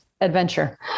adventure